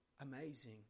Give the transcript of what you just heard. Amazing